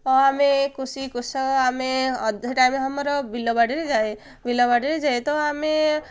ଅ ଆମେ କୃଷି କୃଷକ ଆମେ ଅଧେ ଟାଇମ୍ ଆମର ବିଲବାଡ଼ିରେ ଯାଏ ବିଲବାଡ଼ିରେ ଯାଏ ତ ଆମେ